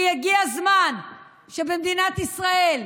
כי הגיע הזמן שבמדינת ישראל,